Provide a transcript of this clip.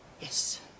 Yes